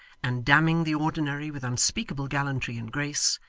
and damning the ordinary with unspeakable gallantry and grace,